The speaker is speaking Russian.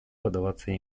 поддаваться